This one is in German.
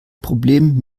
problem